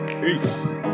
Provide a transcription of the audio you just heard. Peace